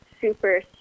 super